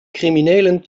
criminelen